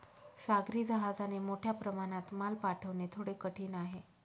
सागरी जहाजाने मोठ्या प्रमाणात माल पाठवणे थोडे कठीण आहे